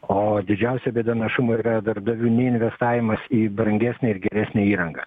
o didžiausia bėda našumo yra darbdavių neinvestavimas į brangesnę ir geresnę įrangą